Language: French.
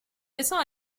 dessins